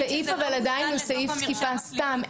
עדיין הסעיף הוא סעיף תקיפה סתם.